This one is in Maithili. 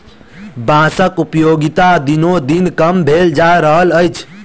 बाँसक उपयोगिता दिनोदिन कम भेल जा रहल अछि